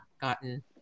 gotten